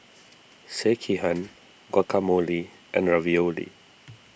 Sekihan Guacamole and Ravioli